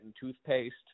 toothpaste